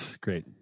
Great